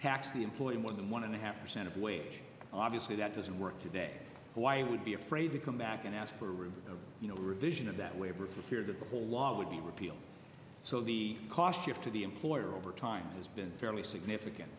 tax the employee more than one and a half percent of wage obviously that doesn't work today why would be afraid to come back and ask for you know revision of that labor for fear that the whole law would be repealed so the cost of to the employer over time has been fairly significant